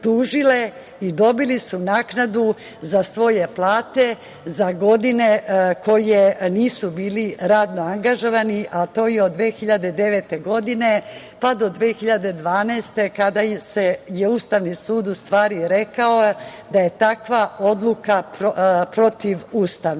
i dobile naknadu za svoje plate za godine u kojima nisu bili radno angažovani, a to je od 2009. godine, pa do 2012. godine, kada je Ustavni sud rekao da je takva odluka protivustavna.